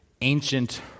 ancient